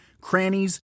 crannies